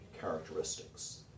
characteristics